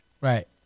Right